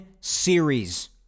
series